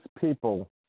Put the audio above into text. people